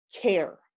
care